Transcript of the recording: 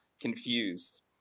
confused